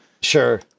Sure